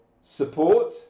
support